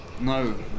No